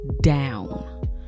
down